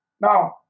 Now